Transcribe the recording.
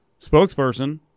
spokesperson